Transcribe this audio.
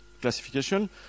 classification